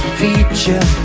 feature